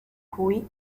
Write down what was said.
cui